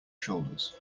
shoulders